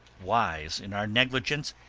wise in our negligence,